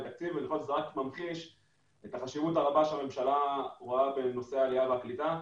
תקציב וזה רק ממחיש את החשיבות הרבה שהממשלה רואה בנושא העלייה והקליטה.